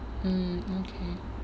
hmm okay